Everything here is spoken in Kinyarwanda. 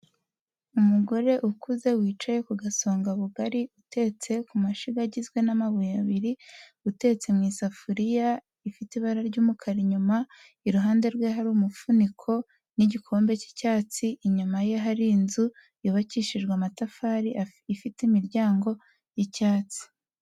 Umugore ukuze wicaye ku gasonga bugari utetse ku mashyiga agizwe n'amabuye abiri, utetse mu isafuriya ifite ibara ry'umukara inyuma, iruhande rwe hari umufuniko n'igikombe cy'icyatsi, inyuma ye hari inzu yubakishijwe amatafari ifite imiryango y'icyatsi.